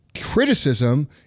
criticism